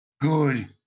good